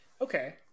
Okay